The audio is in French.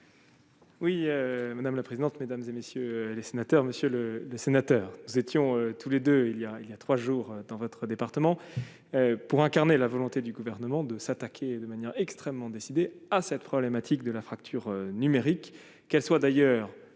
Oui, madame la présidente, mesdames et messieurs les sénateurs, Monsieur le Sénateur, étions tous les 2, il y a, il y a 3 jours, dans votre département, pour incarner la volonté du gouvernement de s'attaquer de manière extrêmement décidée à cette problématique de la fracture numérique, qu'elle soit d'ailleurs